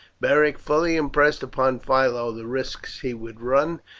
beric fully impressed upon philo the risks he would run,